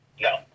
No